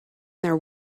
their